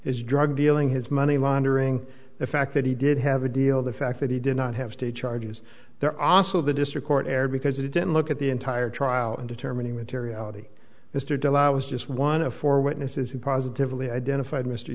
his drug dealing his money laundering the fact that he did have a deal the fact that he did not have state charges there are also the district court erred because it didn't look at the entire trial in determining materiality mr de la it was just one of four witnesses who positively identified mr